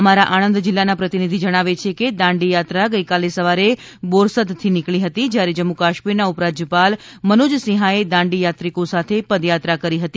અમારા આણંદ જિલ્લાના પ્રતિનિધિ જણાવે છે કે દાંડી થાત્રા ગઇકાલે સવારે બોરસદથી નીકળી હતી ત્યારે જમ્મુ કાશ્મીરના ઉપરાજ્યપાલ મનોજ સિંહાએ દાંડી યાત્રિકો સાથે પદયાત્રા કરી હતી